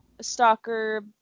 stalker